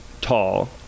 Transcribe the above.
tall